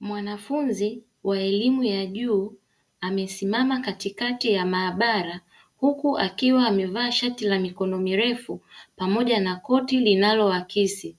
Mwanafunzi wa elimu ya juu amesimama katikati ya maabara, huku akiwa amevaa shati la mikono mirefu pamoja na koti linalohakisi.